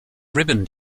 ribbon